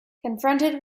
confronted